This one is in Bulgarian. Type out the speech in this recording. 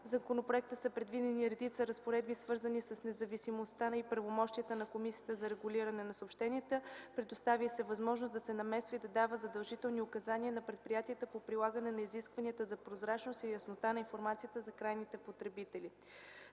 законопроекта са предвидени редица разпоредби, свързани с независимостта и правомощията на Комисията за регулиране на съобщенията. Предоставя й се възможност да се намесва и да дава задължителни указания на предприятията по прилагане на изискванията за прозрачност и яснота на информацията за крайните потребители.